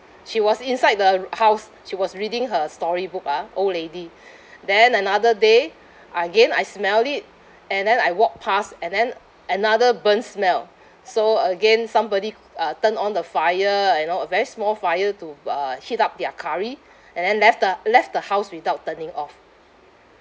she was inside the house she was reading her storybook ah old lady then another day again I smell it and then I walked past and then another burnt smell so again somebody uh turn on the fire you know a very small fire to uh heat up their curry and then left the left the house without turning off